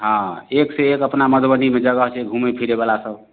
हँ एक से एक अपना मधुबनीमे जगह छै घुमै फिरै बला सब